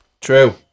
True